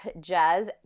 jazz –